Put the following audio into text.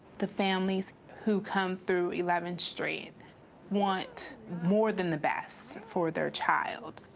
the families who come through eleventh street want more than the best for their child.